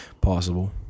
Possible